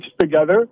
together